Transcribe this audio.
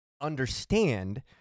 understand